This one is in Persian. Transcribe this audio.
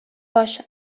باشه